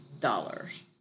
dollars